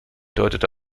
deutete